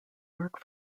work